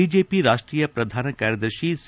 BJP ರಾಷ್ಟೀಯ ಪ್ರಧಾನ ಕಾರ್ಯದರ್ತಿ ಸಿ